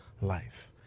life